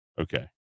Okay